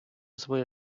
своє